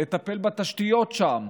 לטפל בתשתיות שם,